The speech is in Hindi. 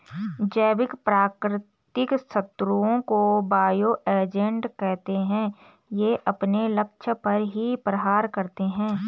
जैविक प्राकृतिक शत्रुओं को बायो एजेंट कहते है ये अपने लक्ष्य पर ही प्रहार करते है